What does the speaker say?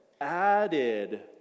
added